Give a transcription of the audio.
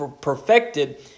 perfected